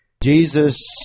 Jesus